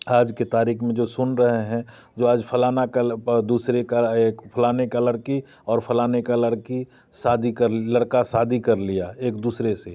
आज के तारीख में जो सुन रहे हैं जो आज फलाना कल दूसरे का एक फलाने का लड़की और फलाने का लड़की शादी कर लड़का शादी कर लिया एक दूसरे से